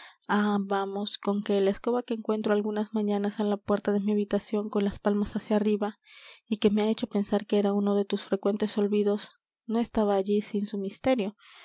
vamos con que la escoba que encuentro algunas mañanas á la puerta de mi habitación con las palmas hacia arriba y que me ha hecho pensar que era uno de tus frecuentes olvidos no estaba allí sin su misterio